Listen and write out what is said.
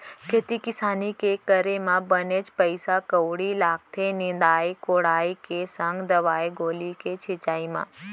खेती किसानी के करे म बनेच पइसा कउड़ी लागथे निंदई कोड़ई के संग दवई गोली के छिंचाई म